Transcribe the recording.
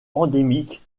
endémique